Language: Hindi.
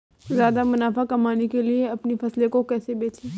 ज्यादा मुनाफा कमाने के लिए अपनी फसल को कैसे बेचें?